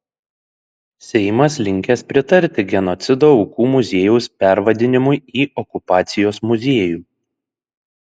seimas linkęs pritarti genocido aukų muziejaus pervadinimui į okupacijos muziejų